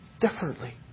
differently